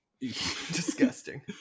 Disgusting